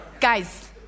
guys